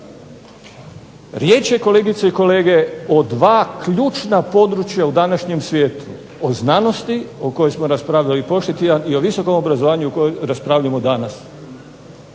Riječ je, kolegice i kolege, o dva ključna područja u današnjem svijetu, o znanosti o kojoj smo raspravljali prošli tjedan, i o visokom obrazovanju o kojem raspravljamo danas.